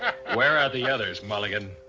where are the others, mulligan?